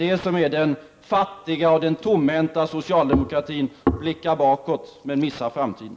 Den fattiga och den tomhänta socialdemokratin kan bara blicka bakåt och missar framtiden.